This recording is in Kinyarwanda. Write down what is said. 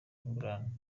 ingurane